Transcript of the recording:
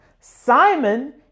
Simon